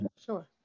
Sure